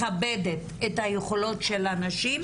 יותר מכבדת את היכולות של הנשים,